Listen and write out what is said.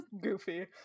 goofy